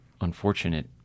unfortunate